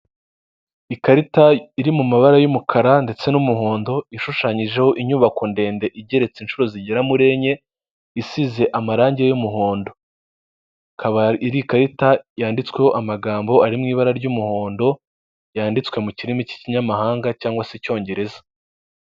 Ikarita iri mu mabara y'umukara ndetse n'umuhondo ishushanyijeho inyubako ndende igeretse inshuro zigera muri enye, isize amarangi y'umuhondo ikaba ari iri ikarita yanditsweho amagambo ari mu ibara ry'umuhondo, yanditswe mu kirimi cy'ikinyamahanga cyangwa se icyongereza.